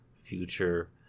future